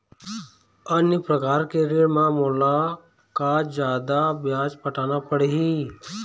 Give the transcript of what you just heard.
अन्य प्रकार के ऋण म मोला का जादा ब्याज पटाना पड़ही?